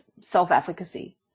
self-efficacy